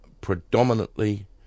predominantly